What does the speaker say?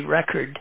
the record